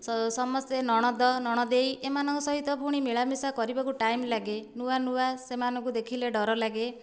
ସମସ୍ତେ ନଣନ୍ଦ ନଣନ୍ଦେଇ ଏମାନଙ୍କ ସହିତ ପୁଣି ମିଳାମିଶା କରିବାକୁ ଟାଇମ୍ ଲାଗେ ନୂଆ ନୂଆ ସେମାନଙ୍କୁ ଦେଖିଲେ ଡର ଲାଗେ